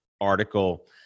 article